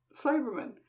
Cyberman